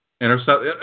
intercept